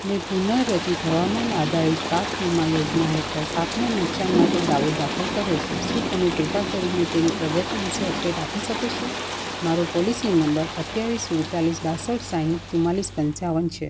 મેં પુનઃરચિત હવામાન આધારિત પાક વીમા યોજના હેઠળ પાકનાં નુકસાન માટે દાવો દાખલ કર્યો છે શું તમે કૃપા કરીને તેની પ્રગતિ વિશે અપડેટ આપી શકો છો મારો પોલિસી નંબર અઠ્ઠાવીસ સુડતાલીસ બાંસઠ સાઠ ચુમ્માળીસ પંચાવન છે